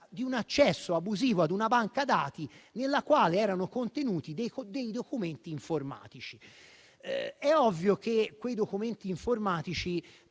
di un accesso abusivo ad una banca dati nella quale erano contenuti dei documenti informatici. È ovvio che quei documenti informatici